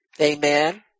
Amen